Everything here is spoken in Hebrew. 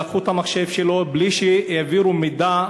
לקחו את המחשב שלו בלי שהעבירו מידע,